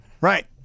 Right